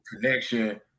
connection